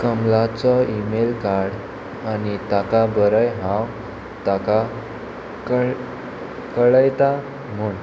कमलाचो email काड आनी ताका बरय हांव ताका कळ कळयता म्हूण